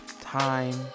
time